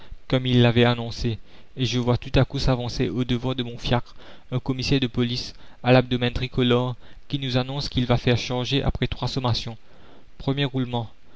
comme il l'avait annoncé et je vois tout à coup s'avancer au devant de mon fiacre un commissaire de police à l'abdomen tricolore qui nous annonce qu'il va faire charger après trois sommations premier roulement